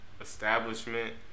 establishment